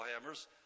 hammers